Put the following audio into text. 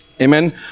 Amen